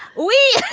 we.